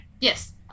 Yes